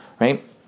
right